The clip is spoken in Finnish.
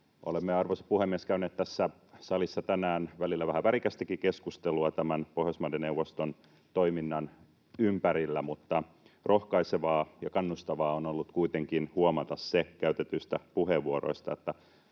Olemme, arvoisa puhemies, käyneet tässä salissa tänään välillä vähän värikästäkin keskustelua tämän Pohjoismaiden neuvoston toiminnan ympärillä, mutta rohkaisevaa ja kannustavaa on ollut kuitenkin huomata käytetyistä puheenvuoroista